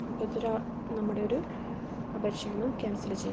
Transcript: നമ്മുടെ ഒരു അപേക്ഷയാണ് ക്യാൻസൽ ചെയ്യുന്നു